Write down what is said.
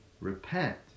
repent